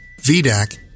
VDAC